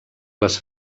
les